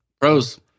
Pros